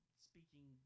speaking